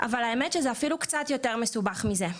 אבל אפילו שזה קצת יותר מסובך מזה,